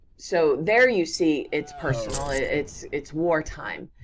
so, there you see it's personal, it's it's wartime,